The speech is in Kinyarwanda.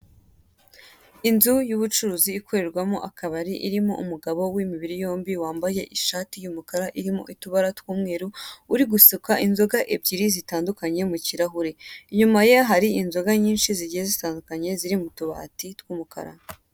Inzu y'ubucuruzi ikorerwamo akabari, irimo umugabo w'imibiri yombi wambaye ishati y'umukara irimo utubara tw'umweru, uri gusuka inzoga ebyiri zitandukanye mu kirahure. Inyuma ye hari inzoga nyinshi zigiye zitandukanye ziri mu tubati tw'umukara.